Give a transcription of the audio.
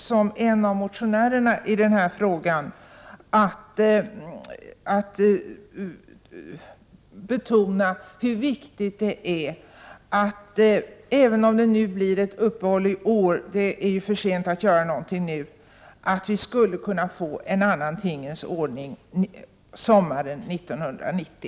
Som en av motionärerna i denna fråga vill jag ta chansen att betona att även om det blir ett uppehåll i år — det är ju för sent att göra någonting nu — är det viktigt att vi får en annan tingens ordning sommaren 1990.